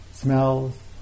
smells